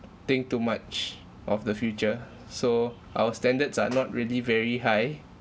think too much of the future so our standards are not really very high